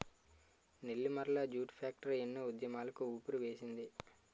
Nellimarla jute factory ఎన్నో ఉద్యమాలకు ఊపిరివేసింది